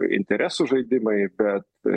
interesų žaidimai bet